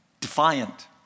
defiant